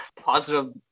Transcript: positive